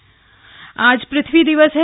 पृथ्वी दिवस आज पृथ्वी दिवस है